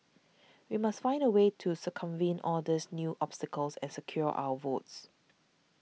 we must find a way to circumvent all these new obstacles and secure our votes